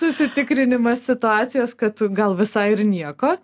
susitikrinimas situacijos kad tu gal visai ir nieko